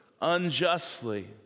unjustly